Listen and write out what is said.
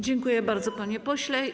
Dziękuję bardzo, panie pośle.